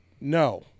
No